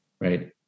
right